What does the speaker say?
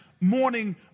morning